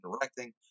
directing